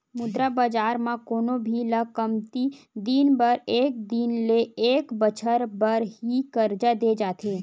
मुद्रा बजार म कोनो भी ल कमती दिन बर एक दिन ले एक बछर बर ही करजा देय जाथे